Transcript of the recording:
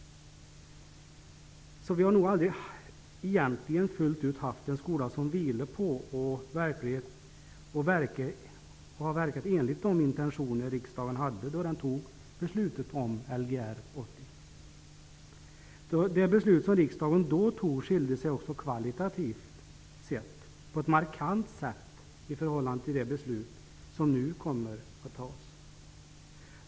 Vi har nog egentligen aldrig haft en skola som fullt ut verkat enligt de intentioner riksdagen hade när beslutet om Lgr 80 fattades. Det beslut som riksdagen då fattade skiljer sig också kvalitativt på ett markant sätt från det beslut som i dag kommer att fattas.